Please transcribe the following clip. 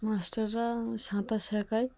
মাস্টাররা সাঁতার শেখায়